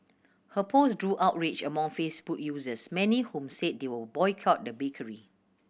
her post drew outrage among Facebook users many whom said they would boycott the bakery